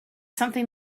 something